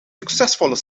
succesvolle